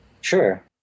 Sure